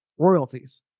royalties